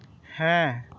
ᱦᱮᱸ